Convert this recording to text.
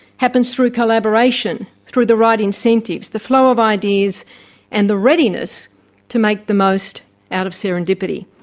happens through collaboration, through the right incentives, the flow of ideas and the readiness to make the most out of serendipity.